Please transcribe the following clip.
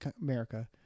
America